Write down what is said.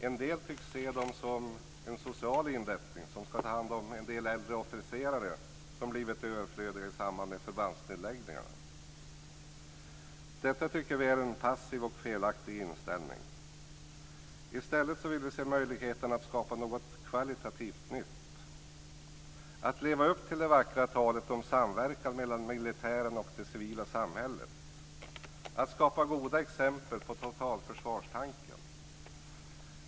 En del tycks se dem som en social inrättning som ska ta hand om en del äldre officerare som blivit överflödiga i samband med förbandsnedläggningarna. Detta tycker vi är en passiv och felaktig inställning. I stället vill vi se möjligheten att skapa något kvalitativt nytt - att leva upp till det vackra talet om samverkan mellan militären och det civila samhället, att skapa goda exempel på totalförsvarstanken.